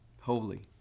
holy